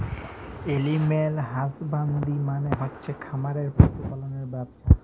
animal husbandry মালে হচ্ছে খামারে পশু পাললের ব্যবছা